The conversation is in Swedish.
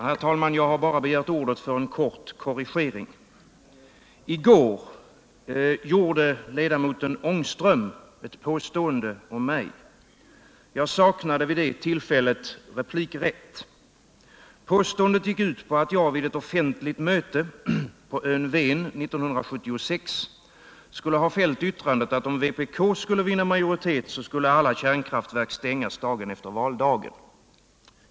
Herr talman! Jag har bara begärt ordet för en kort korrigering. I går gjorde ledamoten Rune Ångström ett påstående om mig. Jag saknade vid det tillfället replikrätt. Påståendet gick ut på att jag vid eu offentligt möte på ön Ven år 1976 skulle ha fällt yttrandet att om vpk skulle vinna majoritet, skulle alla kärnkraftverk stängas dagen efter valdagen.